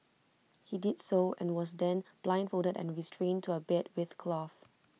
he did so and was then blindfolded and restrained to A bed with cloth